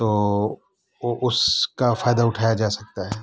تو اس کا فائدہ اٹھایا جا سکتا ہے